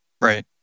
Right